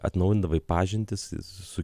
atnaujindavai pažintis su